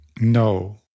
No